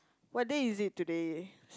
what day is it today